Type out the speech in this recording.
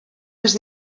els